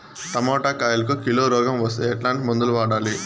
Tomato కాయలకు కిలో రోగం వస్తే ఎట్లాంటి మందులు వాడాలి?